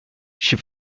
she